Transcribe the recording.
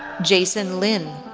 jason lin,